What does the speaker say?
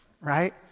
right